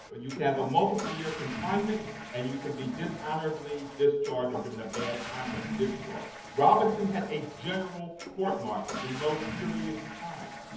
ah you can have a multiple year confinement, and you can be dishonorably discharged or given a bad conduct discharge. robinson had a general court-martial, the most serious kind.